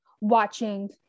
watching